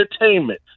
entertainment